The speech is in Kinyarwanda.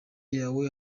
yawe